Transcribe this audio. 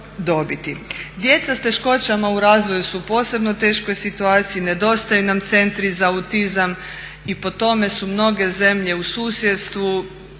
Djeca s teškoćama u razvoju su u posebno teškoj situaciji nedostaju nam centri za autizam i po tome su mnoge zemlje u susjedstvu